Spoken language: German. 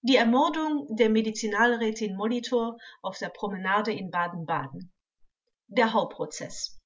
die ermordung der medizinalrätin molitor auf der promenade in baden-baden der hau prozeß